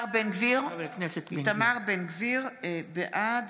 (קוראת בשם חבר הכנסת) איתמר בן גביר, בעד